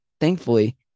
Thankfully